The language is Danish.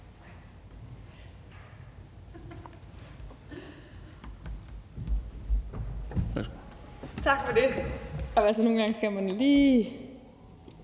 tak for det.